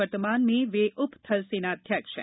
वर्तमान में वे उप थलसेनाध्यक्ष है